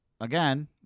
again